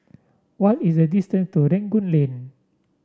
what is the distance to Rangoon Lane